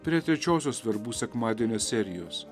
prie trečiosios verbų sekmadienio serijos